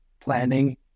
planning